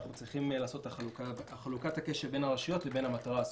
על חלוקת הקשב בין הרשויות לבין המטרה הסופית.